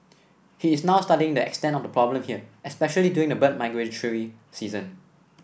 he is now studying the extent of the problem here especially during the bird migratory season